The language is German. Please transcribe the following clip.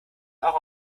auch